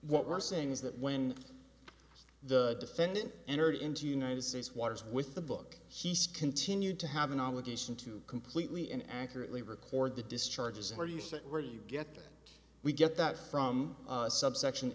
what we're saying is that when the defendant entered into united states waters with the book he's continued to have an obligation to completely and accurately record the discharges where you sit where you get that we get that from subsection